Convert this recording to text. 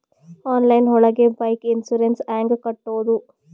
Online ಒಳಗೆ bike insurance ಹ್ಯಾಂಗ್ ಕಟ್ಟುದು?